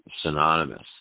synonymous